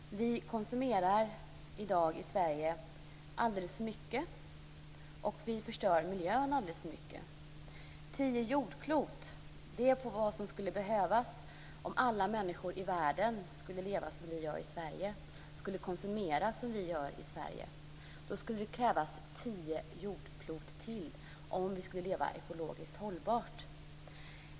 Vi konsumerar i dag i Sverige alldeles för mycket, och vi förstör miljön alldeles för mycket. Tio jordklot till är vad som skulle behövas om alla människor i världen skulle leva som vi gör i Sverige och skulle konsumera som vi gör i Sverige. Då skulle det krävas tio jordklot till om vi skulle leva ekologiskt hållbart.